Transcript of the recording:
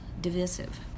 divisive